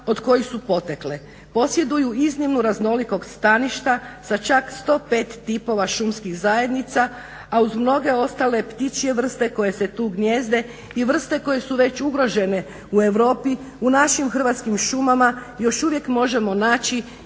od kojih su potekle. Posjeduju iznimnu raznolikost staništa sa čak 105 tipova šumskih zajednica, a uz mnoge ostale ptičje vrste koje se tu gnijezde i vrste koje su već ugrožene u Europi u našim hrvatskim šumama još uvijek može se naći